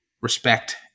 respect